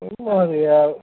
किं महोदय